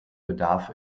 bedarf